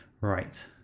Right